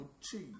cheese